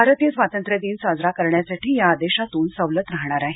भारतीय स्वातंत्र्य दिन साजरा करण्यासाठी या आदेशातुन सवलत राहणार आहे